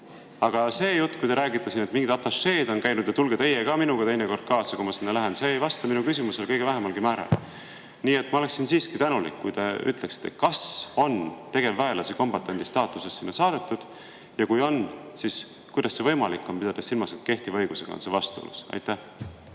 Aga see jutt, kui te räägite siin, et mingid atašeed on käinud ja tulge teiegi minuga teinekord kaasa, kui ma sinna lähen – see ei vasta minu küsimusele kõige vähemalgi määral. Nii et ma oleksin siiski tänulik, kui te ütleksite, kas on tegevväelasi kombatandi staatuses sinna saadetud. Ja kui on, siis kuidas see võimalik on, pidades silmas, et kehtiva õigusega on see vastuolus? Aitäh!